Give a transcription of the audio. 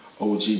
OG